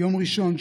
ביום ראשון,